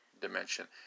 dimension